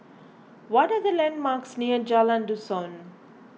what are the landmarks near Jalan Dusun